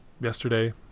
yesterday